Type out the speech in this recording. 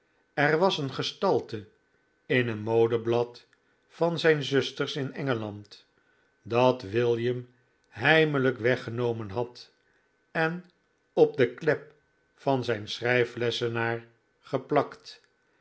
er was een gestalte in een modeblad van zijn zusters in engeland dat william heimelijk weggenomen had en op de klep van zijn schrijflessenaar geplakt